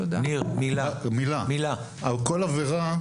על כל עבירה,